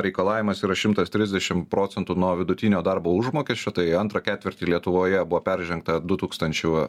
reikalavimas yra šimtas trisdešim procentų nuo vidutinio darbo užmokesčio tai antrą ketvirtį lietuvoje buvo peržengta du tūkstančių